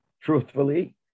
truthfully